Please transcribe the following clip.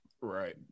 Right